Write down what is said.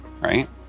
right